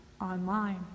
online